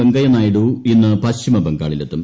വെങ്കയ്യനായിഡു ഇന്ന് പശ്ചിമബംഗാളിലെത്തും